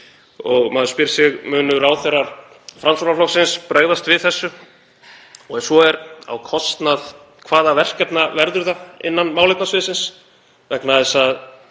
og maður spyr sig: Munu ráðherrar Framsóknarflokksins bregðast við þessu og ef svo er á kostnað hvaða verkefna verður það innan málefnasviðsins? Vegna þess að